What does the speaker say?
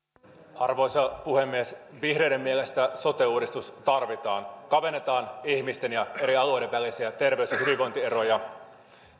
arvoisa puhemies vihreiden mielestä sote uudistus tarvitaan kavennetaan ihmisten ja eri alueiden välisiä terveys ja hyvinvointieroja